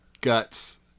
guts